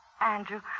Andrew